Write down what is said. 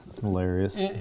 Hilarious